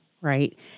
right